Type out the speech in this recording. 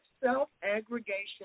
self-aggregation